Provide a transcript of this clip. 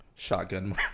Shotgun